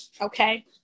okay